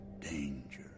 danger